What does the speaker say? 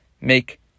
make